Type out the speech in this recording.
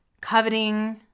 coveting